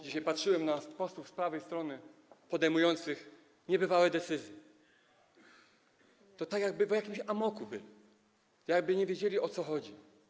Dzisiaj patrzyłem na posłów z prawej strony podejmujących niebywałe decyzje, tak jakby byli w jakimś amoku, jakby nie wiedzieli, o co chodzi.